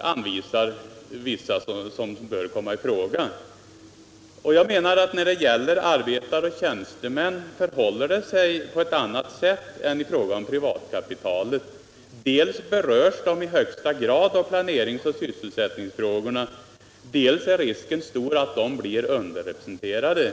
anvisar ändå vissa personer som bör komma i fråga. Jag anser att det förhåller sig på ett annat sätt när det gäller arbetare och tjänstemän än det gör i fråga om privatkapitalet. Dels berörs de förstnämnda i högsta grad av planeringsoch sysselsättningsfrågorna, dels är risken stor för att de blir underrepresenterade.